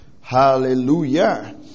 hallelujah